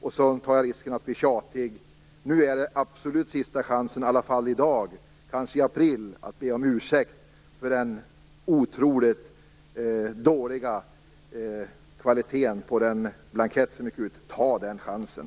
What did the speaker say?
Jag tar risken att bli tjatig, men nu är det absolut sista chansen, i alla fall i dag och kanske även i april, att be om ursäkt för den otroligt dåliga kvaliteten på blanketten som gått ut. Ta den här chansen!